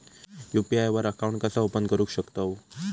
UPI वर account कसा open करू शकतव?